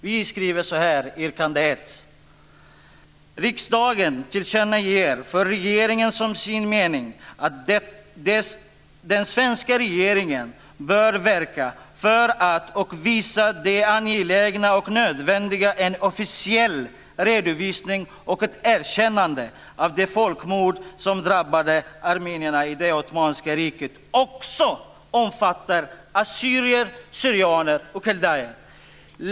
Vi skriver i yrkande 1: "Riksdagen tillkännager för regeringen som sin mening vad i motionen anförs om att den svenska regeringen bör verka för att och visa på det angelägna och nödvändiga i en officiell redovisning och ett erkännande av att det folkmord som drabbade armenierna i Ottomanska riket också omfattade assyrier/syrianer och kaldéer."